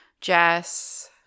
jess